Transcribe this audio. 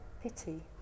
Pity